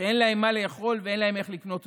שאין להם מה לאכול ואין להם איך לקנות תרופות.